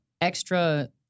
extra